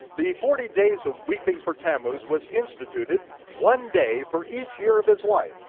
the forty days of weeping for tammuz was instituted, one day for each year of his life,